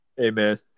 Amen